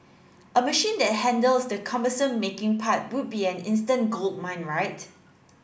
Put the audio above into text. a machine that handles the cumbersome 'making' part would be an instant goldmine right